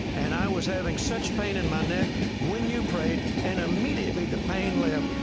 and i was having such pain in my neck when you prayed. and immediately, the pain left.